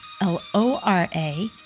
L-O-R-A